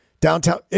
downtown